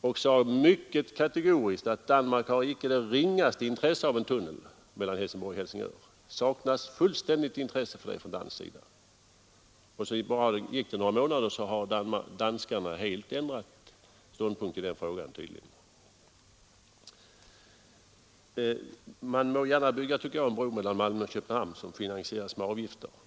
Han sade då mycket kategoriskt att Danmark inte har det ringaste intresse av en tunnel mellan Helsingborg och Helsingör. Sedan gick det några månader, och då har danskarna tydligen helt ändrat ståndpunkt i den frågan. Man må gärna bygga en bro mellan Malmö och Köpenhamn som finansieras med avgifter.